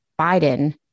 Biden